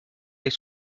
avec